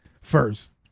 first